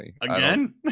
Again